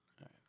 right